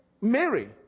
Mary